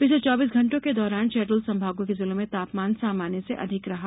पिछले चौबीस घंटों के दौरान शहडोल संभागों के जिलों में तापमान सामान्य से अधिक रहा